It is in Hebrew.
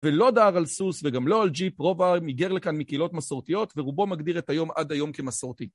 ולא דהר על סוס וגם לא על ג'יפ, רוב העם היגר לכאן מקהילות מסורתיות ורובו מגדיר את היום עד היום כמסורתי.